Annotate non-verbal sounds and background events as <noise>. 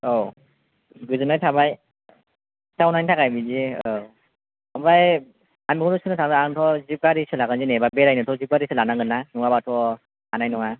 औ गोजोन्नाय थाबाय खिन्थाहरनायनि थाखाय बिदि औ आमफ्राय <unintelligible> आं थ' जिब गारिसो लागोन जेन'बा बेरायनो बेरायनो थ' जिब गारिसो लानांगोनना नङाबा थ' हानाय नङा